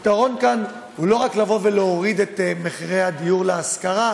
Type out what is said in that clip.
הפתרון כאן הוא לא רק לבוא ולהוריד את מחירי הדיור להשכרה,